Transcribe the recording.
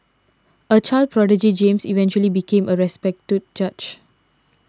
a child prodigy James eventually became a respected judge